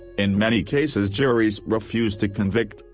in many cases juries refused to convict,